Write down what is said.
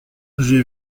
j’ai